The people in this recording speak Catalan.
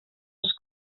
els